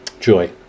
joy